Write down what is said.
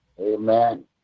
amen